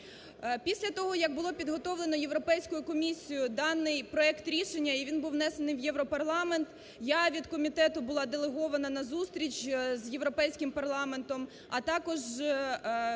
Після того, як було підготовлено Європейською комісією даний проект рішення і він був внесений в Європарламент. Я від комітету була делегована на зустріч з Європейським парламентом, а також пані